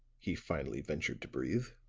he finally ventured to breathe.